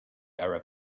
arab